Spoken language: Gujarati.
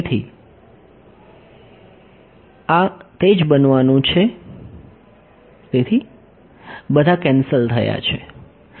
તેથી આ બનવાનું છે તેથી બધા કેન્સલ થયા છે